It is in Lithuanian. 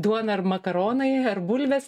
duona ar makaronai ar bulvės